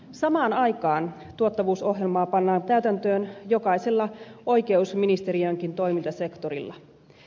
samaan aikaan tuottavuusohjelmaa pannaan täytäntöön jokaisella oikeusministeriönkin toimintasektorilla